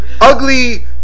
Ugly